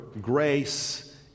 grace